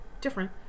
different